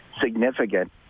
significant